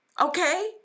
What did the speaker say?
Okay